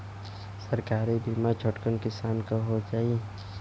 सरकारी बीमा छोटकन किसान क हो जाई?